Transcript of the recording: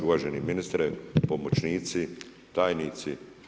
Uvaženi ministre, pomoćnici, tajnici.